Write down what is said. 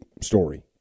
Story